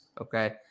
Okay